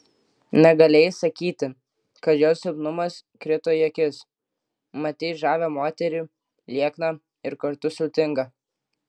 negalėjai sakyti kad jos silpnumas krito į akis matei žavią moterį liekną ir kartu sultingą